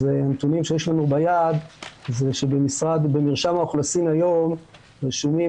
אז הנתונים שיש לנו ביד זה שבמרשם האוכלוסין היום רשומים